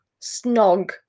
Snog